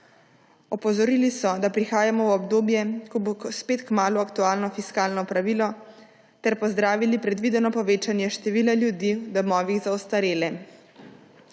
Opozorili so, da prihajamo v obdobje, ko bo spet kmalu aktualno fiskalno pravilo ter pozdravili predvideno povečanje števila ljudi v domovih za ostarele.